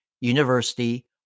university